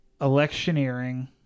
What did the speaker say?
electioneering